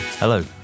Hello